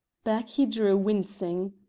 back he drew wincing.